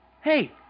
Hey